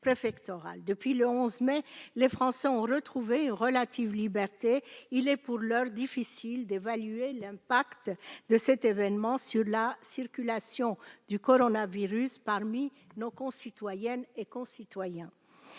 Depuis le 11 mai, les Français ont retrouvé une relative liberté. Il est pour l'heure difficile d'évaluer l'impact de cet événement sur la circulation du coronavirus parmi nos concitoyennes et nos concitoyens.